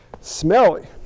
smelly